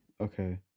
Okay